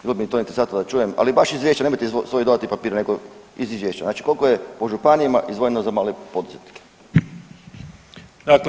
Bilo bi mi to interesantno da čujem, ali baš izvješće nemojte svoj dodatni papir nego iz izvješća, znači koliko je po županijama izdvojeno za male poduzetnike.